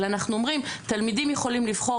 אלא אנחנו אומרים תלמידים יכולים לבחור